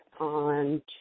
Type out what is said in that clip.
on